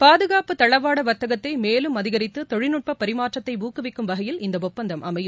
பாதுகாப்புத் தளவாட வர்த்தகத்தை மேலும் அதிகரித்து தொழில்நுட்ப பரிமாற்றத்தை ஊக்குவிக்கும் வகையில் இந்த ஒப்பந்தம் அமையும்